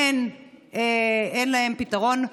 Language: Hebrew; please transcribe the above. אין להם פתרון.